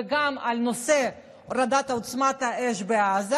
וגם על נושא הורדת עוצמת האש בעזה.